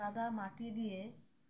কাদা মাটি দিয়ে